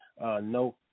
no